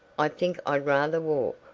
i think i'd rather walk.